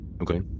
Okay